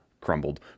crumbled